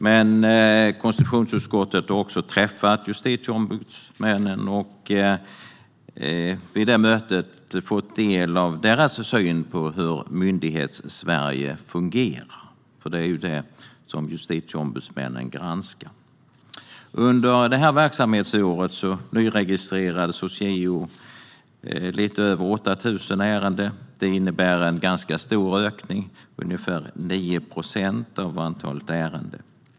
Men konstitutionsutskottet har också träffat justitieombudsmännen och vid det mötet fått del av deras syn på hur Myndighetssverige fungerar. Det är ju det som justitieombudsmännen granskar. Under detta verksamhetsår nyregistrerades hos JO lite över 8 000 ärenden. Det innebär en ganska stor ökning av antalet ärenden - ungefär 9 procent.